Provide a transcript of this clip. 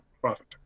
profit